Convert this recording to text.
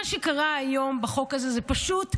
מה שקרה היום בחוק הזה הוא פשוט בדיחה,